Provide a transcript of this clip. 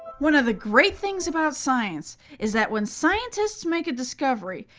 one of the great things about science is that when scientists make a discovery,